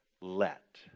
let